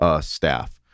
staff